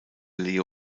leo